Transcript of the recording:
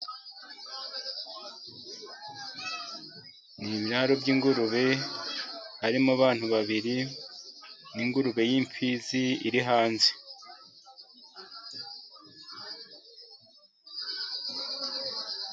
Ni ibyari by'ingurube , harimo abantu babiri n iningurube y'imfizi , iri hanze.